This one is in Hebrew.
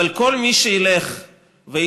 אבל כל מי שילך ויקרא